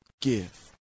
give